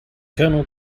colonel